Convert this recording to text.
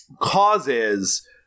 causes